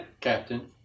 Captain